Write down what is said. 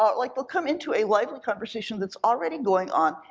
um like they'll come into a lively conversation that's already going on,